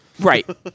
right